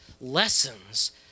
lessons